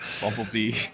bumblebee